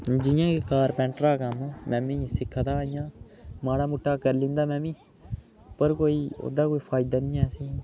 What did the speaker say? जियां कि कारपैंटर दा कम्म में बी सिक्खा दा इ'यां माड़ा मुट्टा करी लैंदा में बी पर कोई ओह्दा कोई फायदा नी असेंगी